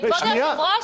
כבוד היושב-ראש,